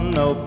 no